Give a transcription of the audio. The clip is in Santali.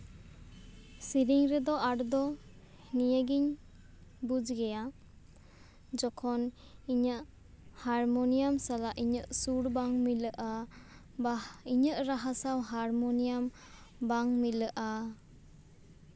ᱥᱮᱨᱮᱧ ᱨᱮᱫᱚ ᱟᱸᱴ ᱫᱚ ᱱᱤᱭᱟᱹᱜᱤᱧ ᱵᱩᱡᱽ ᱜᱮᱭᱟ ᱡᱚᱠᱷᱚᱱ ᱤᱧᱟᱹᱜ ᱦᱟᱨᱢᱳᱱᱤᱭᱟᱢ ᱥᱟᱞᱟᱜ ᱤᱧᱟᱹᱜ ᱥᱩᱨ ᱵᱟᱝ ᱢᱤᱞᱟᱹᱜᱼᱟ ᱵᱟ ᱤᱧᱟᱹᱜ ᱨᱟᱦᱟ ᱥᱟᱶ ᱦᱟᱨᱢᱳᱱᱤᱭᱟᱢ ᱵᱟᱝ ᱢᱤᱞᱟᱹᱜᱼᱟ